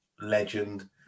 legend